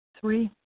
three